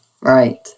Right